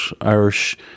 Irish